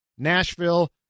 Nashville